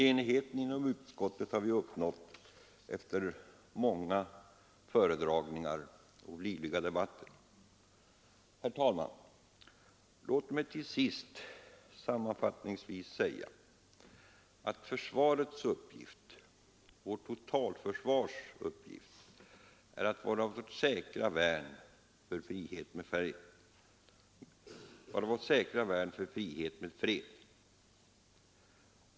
Enigheten inom utskottet har vi uppnått efter många föredragningar och livliga debatter. Herr talman! Låt mig till sist sammanfattningsvis säga att försvarets uppgift — vårt totalförsvars uppgift — är att vara vårt säkra värn för frihet med fred.